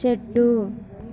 చెట్టు